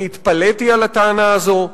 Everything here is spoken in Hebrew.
אני התפלאתי על הטענה הזו.